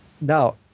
now